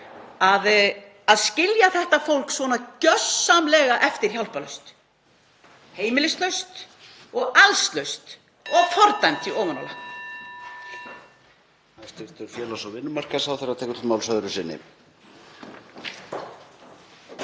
að skilja þetta fólk svona gjörsamlega eftir hjálparlaust, heimilislaust, allslaust og fordæmt í ofanálag?